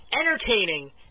entertaining